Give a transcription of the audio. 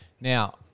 Now